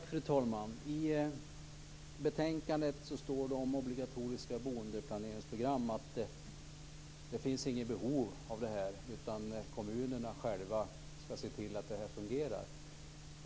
Fru talman! I betänkandet står det att det inte finns något behov av obligatoriska boendeplaneringsprogram utan att kommunerna själva skall se till att det här fungerar.